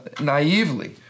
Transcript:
naively